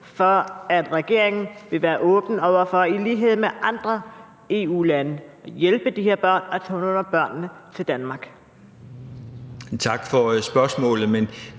for at regeringen vil være åben over for i lighed med andre EU-lande at hjælpe de her børn og tage nogle af børnene til Danmark? Kl.